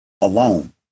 alone